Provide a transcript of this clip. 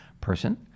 person